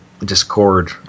discord